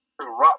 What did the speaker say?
rock